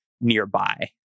nearby